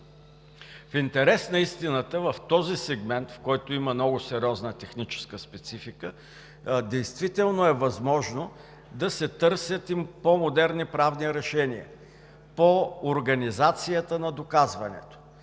В интерес на истината в този сегмент, който има много сериозна техническа специфика, действително е възможно да се търсят по-модерни правни решения по организацията на доказването.